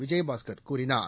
விஜயபாஸ்கர் கூறினார்